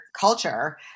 culture